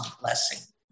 blessing